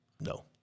No